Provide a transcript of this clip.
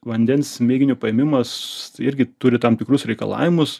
vandens mėginio paėmimas irgi turi tam tikrus reikalavimus